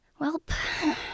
Welp